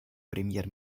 премьер